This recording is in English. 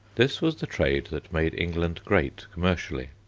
this was the trade that made england great commercially.